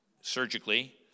surgically